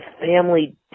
family